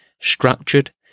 structured